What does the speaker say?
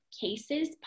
cases